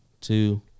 two